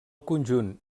conjunt